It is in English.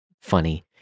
funny